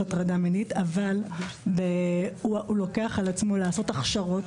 הטרדה מינית אבל הוא לוקח על עצמו לעשות הכשרות.